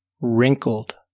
wrinkled